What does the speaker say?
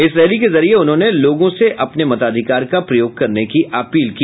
इस रैली के जरिये उन्होंने लोगों से अपने मताधिकार का प्रयोग करने की अपील की